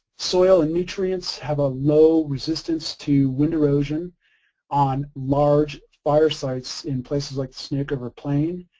soil and nutrients have a low resistance to wind erosion on large fire sites in places like snake river plain,